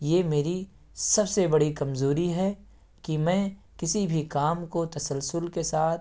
یہ میری سب سے بڑی کمزوری ہے کہ میں کسی بھی کام کو تسلسل کے ساتھ